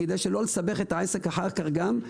כדי לא לסבך את העסק אחר כך גם,